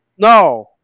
No